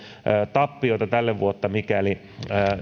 tappioita tälle vuodelle mikäli